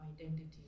identity